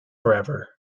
forever